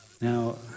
Now